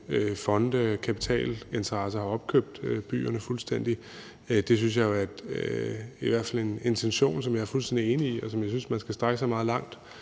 fonde og kapitalinteresser har opkøbt byerne fuldstændigt, er i hvert fald en intention, som jeg er fuldstændig enig i, og som jeg synes man skal strække sig meget langt